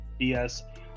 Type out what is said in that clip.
BS